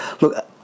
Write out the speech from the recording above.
Look